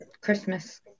Christmas